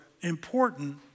important